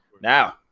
Now